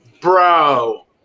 Bro